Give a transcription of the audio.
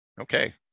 okay